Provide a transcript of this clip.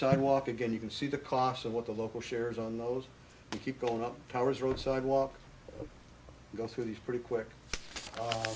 sidewalk again you can see the cost of what the local shares on those you keep going up towers road sidewalk go through these pretty quick o